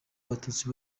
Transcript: abatutsi